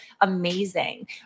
amazing